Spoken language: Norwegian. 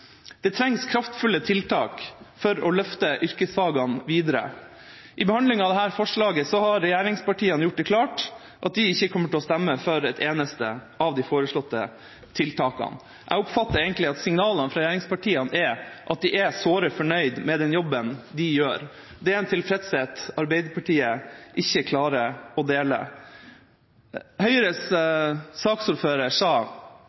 Det trengs kraftfulle tiltak for å løfte yrkesfagene videre. I behandlinga av dette forslaget har regjeringspartiene gjort det klart at de ikke kommer til å stemme for et eneste av de foreslåtte tiltakene. Jeg oppfatter egentlig at signalene fra regjeringspartiene er at de er såre fornøyd med den jobben de gjør. Det er en tilfredshet Arbeiderpartiet ikke klarer å dele. Høyres saksordfører sa